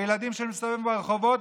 וילדים שמסתובבים ברחבות,